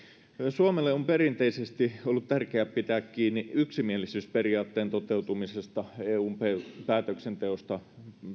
suomelle on perinteisesti ollut tärkeää pitää kiinni yksimielisyysperiaatteen toteutumisesta eun päätöksenteossa